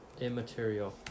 immaterial